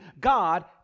God